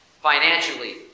financially